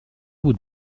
بود